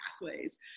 pathways